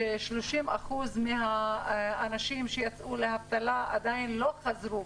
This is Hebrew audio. כש-30% מהאנשים שיצאו לאבטלה עדיין לא חזרו,